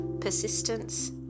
persistence